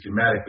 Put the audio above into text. schematically